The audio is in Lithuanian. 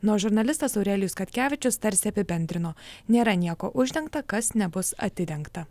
na o žurnalistas aurelijus katkevičius tarsi apibendrino nėra nieko uždengta kas nebus atidengta